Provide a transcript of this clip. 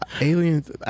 Aliens